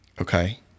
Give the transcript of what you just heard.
Okay